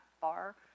far